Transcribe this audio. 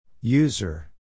User